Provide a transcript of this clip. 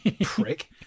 Prick